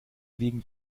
liegen